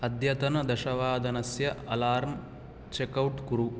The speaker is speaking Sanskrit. अद्यतन दशवादनस्य अलार्म् चेकौट् कुरु